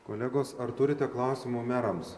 kolegos ar turite klausimų merams